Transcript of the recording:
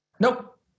Nope